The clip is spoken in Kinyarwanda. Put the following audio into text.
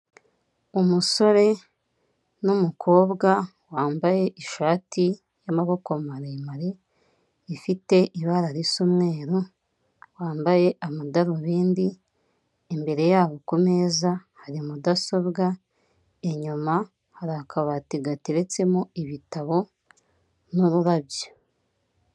Umusore n'umukobwa wambaye ishati y'amaboko maremare ifite ibara risa umweru, wambaye amadarubindi. Imbere yabo kumeza hari mudasobwa, inyuma hari akabati gateretsemo ibitabo n'ururabyo.